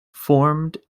formed